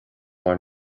mar